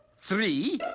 three,